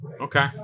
Okay